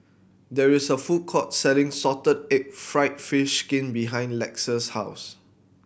there is a food court selling salted egg fried fish skin behind Lex's house